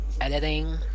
editing